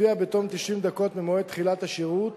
שלפיה בתום 90 דקות ממועד תחילת השירות